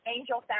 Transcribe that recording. Angel